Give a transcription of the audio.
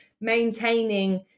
maintaining